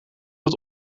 dat